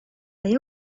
they